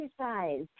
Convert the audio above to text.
exercise